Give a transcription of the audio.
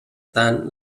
tant